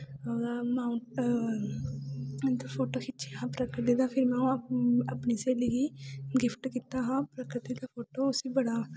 ओह्दा इं'दा फोटो खिच्चेआ हा प्रकृति दा फिर में ओह् अपनी स्हेली गी गिफ्ट कीता हा प्राॉकृति दा फोटो उस्सी बड़ा